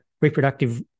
reproductive